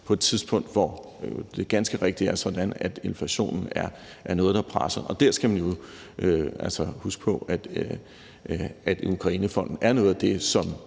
på et tidspunkt, hvor det ganske rigtigt er sådan, at inflationen er noget, der presser. Og der skal man jo altså huske på, at Ukrainefonden er noget af det, som